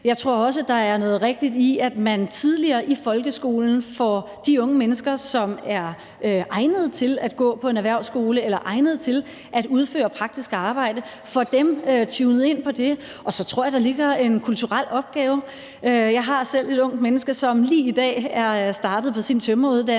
Jeg tror også, der er noget rigtigt i, at man tidligere i folkeskolen får de unge mennesker, som er egnet til at gå på en erhvervsskole eller egnet til at udføre praktisk arbejde, tunet ind på det. Og så tror jeg, der ligger en kulturel opgave. Jeg har selv et ungt menneske, som lige i dag er startet på sin tømreruddannelse,